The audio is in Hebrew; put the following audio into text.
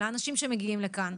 לאנשים שמגיעים לכאן.